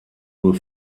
nur